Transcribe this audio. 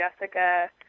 Jessica